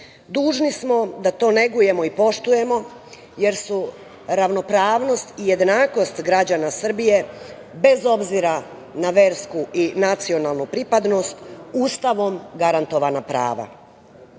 Dužni smo da to negujemo i poštujemo, jer su ravnopravnost i jednakost građana Srbije, bez obzira na versku i nacionalnu pripadnost, Ustavom garantovana prava. Baš